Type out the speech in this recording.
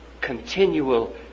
continual